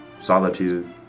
solitude